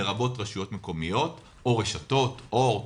לרבות רשויות מקומיות או רשתות: אורט,